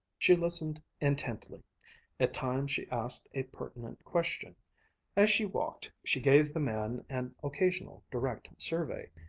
she listened intently at times she asked a pertinent question as she walked she gave the man an occasional direct survey,